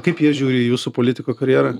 kaip jie žiūri į jūsų politiko karjerą